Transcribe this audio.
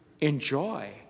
enjoy